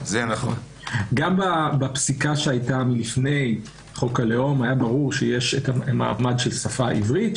גם בפסיקה שהייתה לפני חוק הלאום היה ברור שיש מעמד של שפה עברית,